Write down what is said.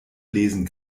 lesen